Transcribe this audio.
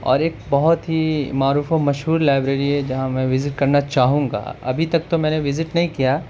اور ایک بہت ہی معروف و مشہور لائبریری ہے جہاں میں وزٹ کرنا چاہوں گا ابھی تک تو میں نے وزٹ نہیں کیا